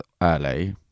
early